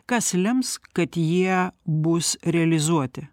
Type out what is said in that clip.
kas lems kad jie bus realizuoti